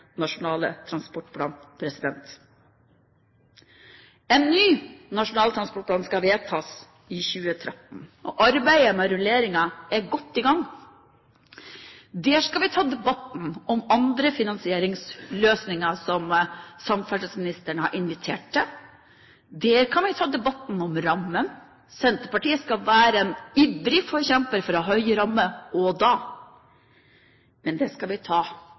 nasjonale transportplanen. En ny nasjonal transportplan skal vedtas i 2013. Arbeidet med rulleringen er godt i gang. Der skal vi ta debatten om andre finansieringsløsninger, som samferdselsministeren har invitert til. Der kan vi ta debatten om rammen. Senterpartiet skal være en ivrig forkjemper for vide rammer også da. Men det skal vi ta